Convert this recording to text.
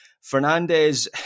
Fernandez